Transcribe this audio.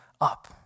up